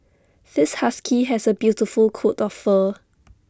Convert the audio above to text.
this husky has A beautiful coat of fur